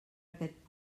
aquest